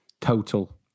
total